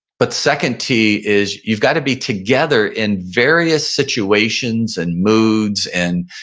but second t is you've got to be together in various situations and moods and